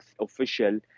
official